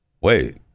Wait